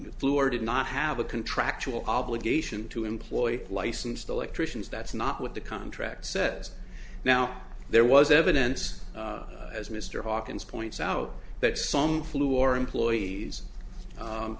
fluor did not have a contractual obligation to employ licensed electricians that's not what the contract says now there was evidence as mr hawkins points out that some fluor employees